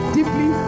Deeply